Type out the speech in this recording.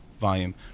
volume